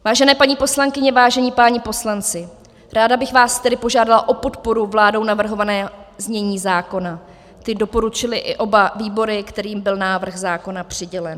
Vážené paní poslankyně, vážení páni poslanci, ráda bych vás tedy požádala o podporu vládou navrhovaného znění zákona, které doporučily i oba výbory, kterým byl návrh zákona přidělen.